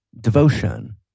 devotion